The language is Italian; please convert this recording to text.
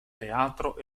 teatro